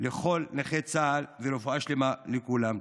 לכל נכי צה"ל ורפואה שלמה לכולם.